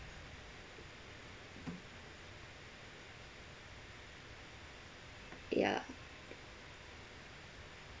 yeah